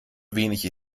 wenige